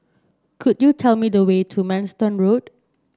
could you tell me the way to Manston Road